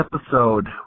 episode